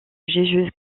jésus